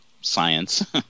science